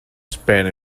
spent